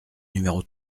numéro